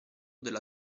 della